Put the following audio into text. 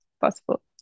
possible